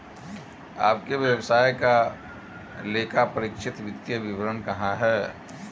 आपके व्यवसाय का लेखापरीक्षित वित्तीय विवरण कहाँ है?